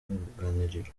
n’uruganiriro